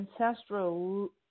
ancestral